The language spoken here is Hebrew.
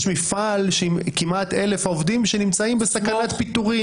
יש מפעל עם כמעט 1,000 עובדים שנמצאים בסכנת פיטורים.